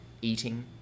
eating